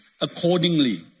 accordingly